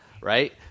right